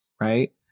right